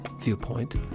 Viewpoint